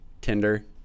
Tinder